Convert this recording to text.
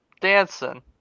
dancing